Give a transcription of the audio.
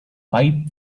pipe